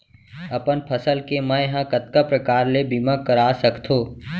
अपन फसल के मै ह कतका प्रकार ले बीमा करा सकथो?